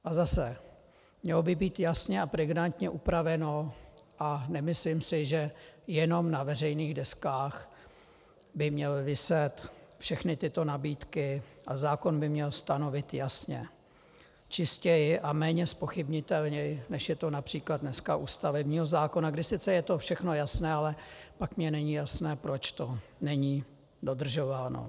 A zase, mělo by být jasně a pregnantně upraveno, a nemyslím si, že jenom na veřejných deskách by měly viset všechny tyto nabídky a zákon by měl stanovit jasně, čistěji a méně zpochybnitelně, než je to například dneska u stavebního zákona, kde sice je to všechno jasné, ale pak mi není jasné, proč to není dodržováno.